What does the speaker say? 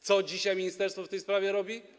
Co dzisiaj ministerstwo w tej sprawie robi?